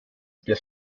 der